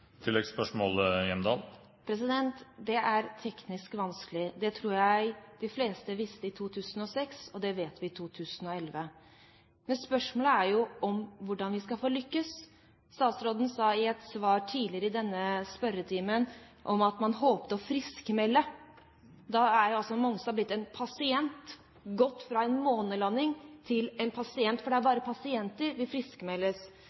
Det er teknisk vanskelig, det tror jeg de fleste visste i 2006, og det vet vi i 2011. Men spørsmålet er jo om hvordan vi skal lykkes. Statsråden sa i et svar tidligere i denne spørretimen at man håpet å «friskmelde». Da er altså Mongstad blitt en pasient – gått fra en månelanding til å bli en pasient, for det er